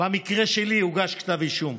במקרה שלי הוגש כתב אישום.